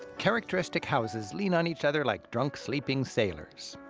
characteristic houses lean on each other like drunk sleeping sailors.